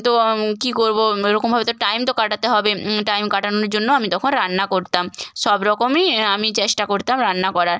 তো কী করব এরকমভাবে তো টাইম তো কাটাতে হবে টাইম কাটানোর জন্য আমি তখন রান্না করতাম সব রকমই আমি চেষ্টা করতাম রান্না করার